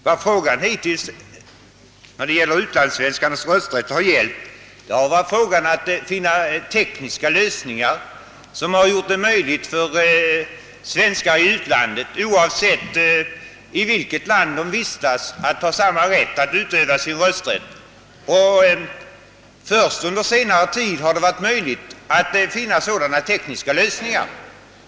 Vad frågan hittills har gällt har varit att finna tekniska lösningar som gjort det möjligt för svenskar i utlandet — oavsett i vilket land de vistas — att utöva sin rösträtt. Inte förrän under senare tid har man lyckats finna sådana tekniska lösningar.